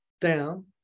down